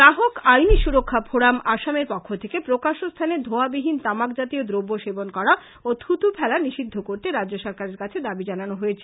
গ্রাহক আইনী সুরক্ষা ফোরাম আসামের পক্ষ থেকে প্রকাশ্য স্থানে ধোঁয়া বিহীন তামাক জাতীয় দ্রব্য সেবন করা ও থুথু ফেলা নিষিদ্ধ করতে রাজ্য সরকারের কাছে দাবী জানানো হয়েছে